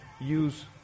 use